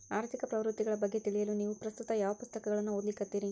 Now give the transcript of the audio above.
ಆರ್ಥಿಕ ಪ್ರವೃತ್ತಿಗಳ ಬಗ್ಗೆ ತಿಳಿಯಲು ನೇವು ಪ್ರಸ್ತುತ ಯಾವ ಪುಸ್ತಕಗಳನ್ನ ಓದ್ಲಿಕತ್ತಿರಿ?